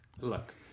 look